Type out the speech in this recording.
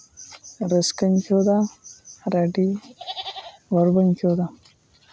ᱨᱟᱹᱥᱠᱟᱹᱧ ᱟᱹᱭᱠᱟᱹᱣᱫᱟ ᱟᱨ ᱟᱹᱰᱤ ᱜᱚᱨᱵᱚᱧ ᱟᱹᱭᱠᱟᱹᱣᱮᱫᱟ